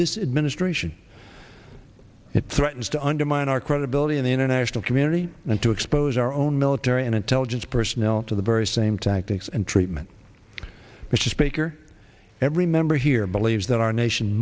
this it ministration it threatens to undermine our credibility in the international community and to expose our own military and intelligence personnel to the very same tactics and treatment mr speaker every member here believes that our nation